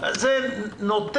סליחה.